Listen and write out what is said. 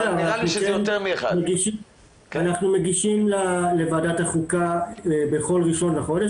אנחנו מגישים לוועדת החוקה בכל ראשון לחודש,